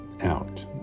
out